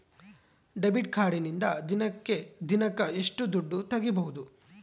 Debit ಕಾರ್ಡಿನಿಂದ ದಿನಕ್ಕ ಎಷ್ಟು ದುಡ್ಡು ತಗಿಬಹುದು?